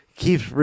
keeps